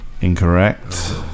Incorrect